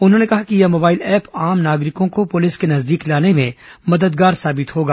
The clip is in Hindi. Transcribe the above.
उन्होंने कहा कि यह मोबाइल ऐप आम नागरिकों को पुलिस के नजदीक लाने में मददगार साबित होगा